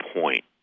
point